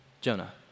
Jonah